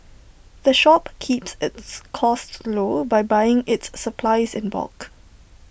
the shop keeps its costs low by buying its supplies in bulk